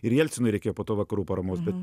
ir jelcinui reikėjo po to vakarų paramos bet